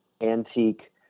antique